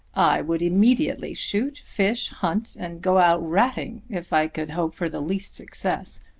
i would immediately shoot, fish, hunt and go out ratting, if i could hope for the least success.